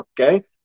okay